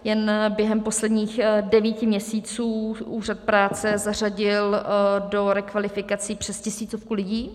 Jen během posledních devíti měsíců úřad práce zařadil do rekvalifikací přes tisícovku lidí.